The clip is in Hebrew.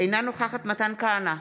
אינה נוכחת מתן כהנא,